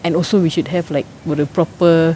and also we should have like ஒரு:oru proper